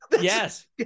Yes